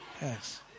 Yes